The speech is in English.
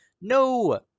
No